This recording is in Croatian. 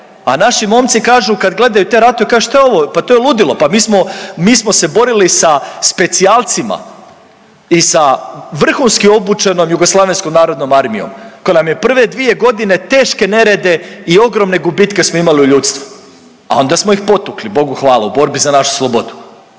A naši momci kažu kad gledaju te ratove, šta je ovo pa to je ludilo pa mi smo, mi smo se borili sa specijalcima i sa vrhunski obučenom Jugoslavenskom narodnom armijom koja nam je prve dvije godine teške nerede i ogromne gubitke smo imali u ljudsku, a onda smo ih potukli Bogu hvala u borbi za našu slobodu,